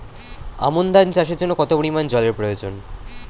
আমন ধান চাষের জন্য কত পরিমান জল এর প্রয়োজন?